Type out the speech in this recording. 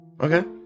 Okay